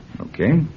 Okay